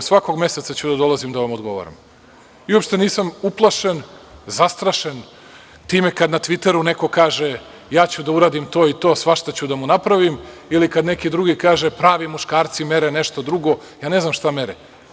Svakog meseca ću da dolazim da vam odgovaram i uopšte nisam uplašen, zastrašen time kada na „Tviteru“ neko kaže – ja ću da uradim to i to, svašta ću da mu napravim ili kada neki drugi kaže - pravi muškarci mere nešto drugo, a ne znam šta mere.